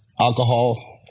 alcohol